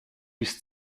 bis